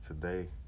today